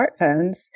smartphones